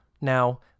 now